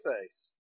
face